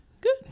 Good